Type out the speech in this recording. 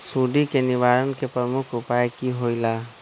सुडी के निवारण के प्रमुख उपाय कि होइला?